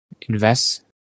invest